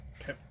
Okay